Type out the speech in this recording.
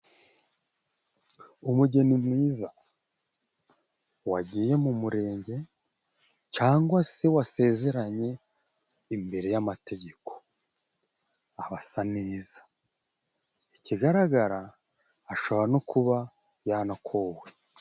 Umugeni mwiza wagiye mu murenge, cyangwa se wasezeranye imbere y'amategeko. Aba asa neza ikigaragara ashobora no kuba yanakowe.